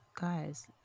guys